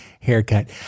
haircut